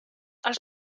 els